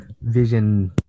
vision